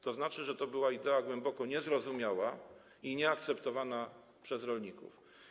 To znaczy, że to była idea głęboko niezrozumiała i nieakceptowana przez rolników.